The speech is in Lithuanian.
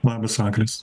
labas vakaras